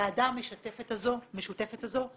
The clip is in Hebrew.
הוועדה המשותפת הזאת,